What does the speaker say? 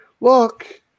look